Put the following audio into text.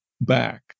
back